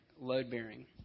load-bearing